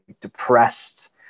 depressed